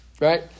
Right